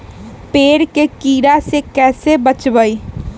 पेड़ के कीड़ा से कैसे बचबई?